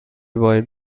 باید